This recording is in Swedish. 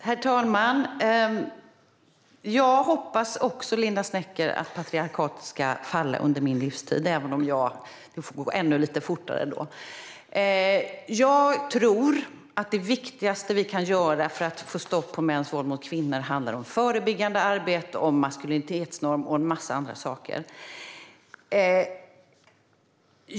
Herr talman! Jag hoppas också, Linda Snecker, att patriarkatet ska falla under min livstid, även om det får gå ännu lite fortare då. Jag tror att det viktigaste vi kan göra för att få stopp på mäns våld mot kvinnor handlar om förebyggande arbete, om maskulinitetsnormen och en massa andra saker.